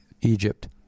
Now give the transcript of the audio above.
Egypt